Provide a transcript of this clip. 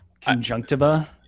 conjunctiva